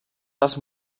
dels